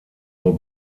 nur